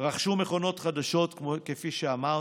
רכשו מכונות חדשות, כפי שאמרתי.